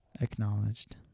Acknowledged